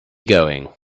going